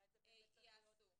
אולי באמת זה צריך להיות יחד,